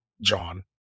John